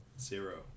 Zero